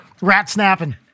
Rat-snapping